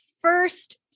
first